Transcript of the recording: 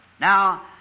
Now